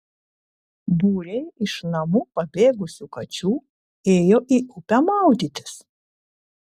būriai iš namų pabėgusių kačių ėjo į upę maudytis